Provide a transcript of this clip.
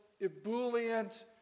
ebullient